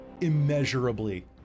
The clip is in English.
immeasurably